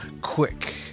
quick